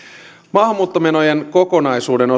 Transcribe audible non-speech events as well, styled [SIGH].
maahanmuuttomenojen kokonaisuuden [UNINTELLIGIBLE]